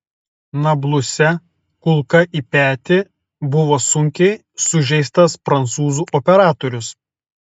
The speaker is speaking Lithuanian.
nabluse kulka į petį buvo sunkiai sužeistas prancūzų operatorius